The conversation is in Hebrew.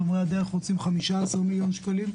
שומרי הדרך רוצים 15 מיליון שקלים.